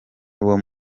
uwo